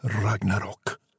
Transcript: Ragnarok